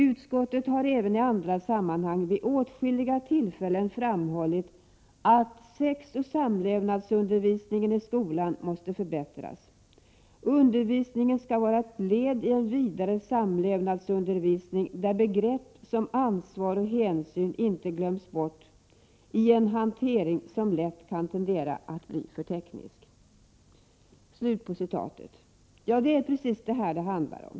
Utskottet har även i andra sammanhang vid åtskilliga tillfällen framhållit att sexoch samlevnadsundervisningen i skolan måste förbättras. Undervisningen skall vara ett led i en vidare samlevnadsundervisning där begrepp som ansvar och hänsyn inte glöms bort i en hantering som lätt kan tendera att bli för teknisk.” Det är precis det som det handlar om.